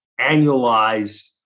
annualized